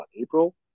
April